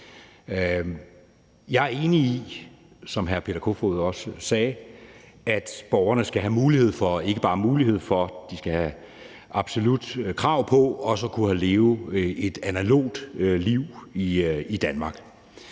Jeg er enig i det, som hr. Peter Kofod sagde, nemlig at borgerne skal have ikke bare mulighed for, men absolut krav på at kunne leve et analogt liv i Danmark.